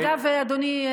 אגב, אדוני,